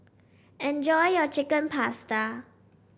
enjoy your Chicken Pasta